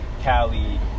Cali